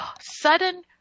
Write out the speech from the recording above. sudden